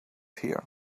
here